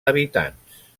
habitants